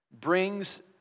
brings